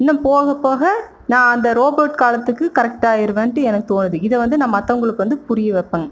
இன்னும் போகப்போக நான் அந்த ரோபோட் காலத்துக்கு கரெக்ட் ஆயிடுவேன்ட்டு எனக்கு தோணுது இத வந்து நான் மற்றவங்களுக்கு வந்து புரிய வைப்பேங்க